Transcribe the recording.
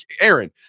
Aaron